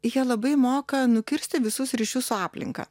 jie labai moka nukirsti visus ryšius su aplinka